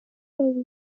badu